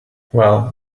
well